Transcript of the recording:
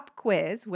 quiz